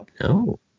No